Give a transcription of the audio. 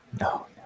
No